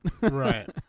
Right